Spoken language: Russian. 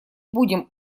будем